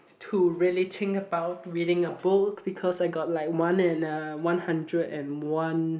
to really think about reading a book because I got like one and uh one hundred and one